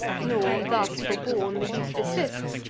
nor, thus forborne, the youth desists,